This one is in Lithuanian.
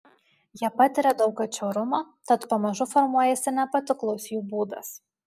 jie patiria daug atšiaurumo tad pamažu formuojasi nepatiklus jų būdas